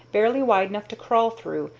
barely wide enough to crawl through,